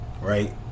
Right